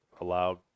allowed